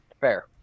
Fair